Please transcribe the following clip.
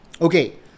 okay